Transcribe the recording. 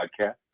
podcast